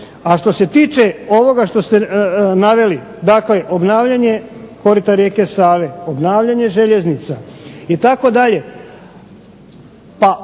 A što se tiče ovoga što ste naveli, dakle obnavljanje korita rijeke Save, obnavljanje željeznica itd.,